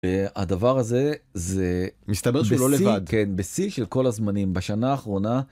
הדבר הזה, זה.. -מסתבר שהוא לא לבד -כן, בשיא של כל הזמנים בשנה האחרונה.